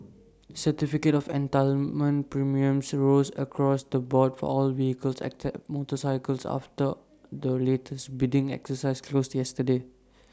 certificate of entitlement premiums rose across the board for all vehicles except motorcycles after the latest bidding exercise closed yesterday